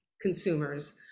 consumers